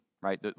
right